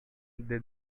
they